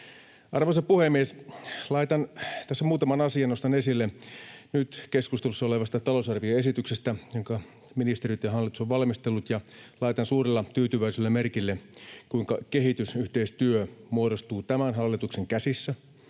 Arvoisa puhemies! Nostan tässä muutaman asian esille nyt keskustelussa olevasta talousarvioesityksestä, jonka ministeriöt ja hallitus ovat valmistelleet. Laitan suurella tyytyväisyydellä merkille, kuinka kehitysyhteistyö muodostuu tämän hallituksen käsissä